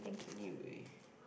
anyway